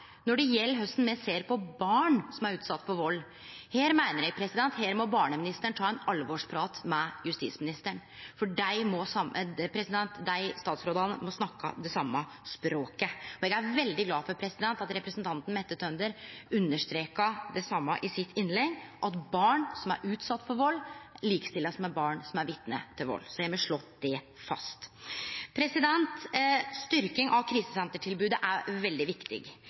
når det gjeld korleis me ser på barn som er utsette for vald. Her meiner eg at barneministeren må ta ein alvorsprat med justisministeren, for dei statsrådane må snakke det same språket. Eg er veldig glad for at representanten Mette Tønder understreka det same i sitt innlegg, at barn som er utsette for vald, blir likestilte med barn som er vitne til vald. Så har me slått det fast. Styrking av krisesentertilbodet er veldig viktig.